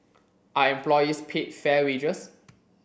are employees paid fair wages